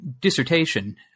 dissertation